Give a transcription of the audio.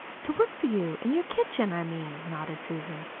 to work for you in your kitchen, i mean, nodded susan.